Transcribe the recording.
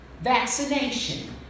vaccination